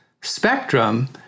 spectrum